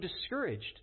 discouraged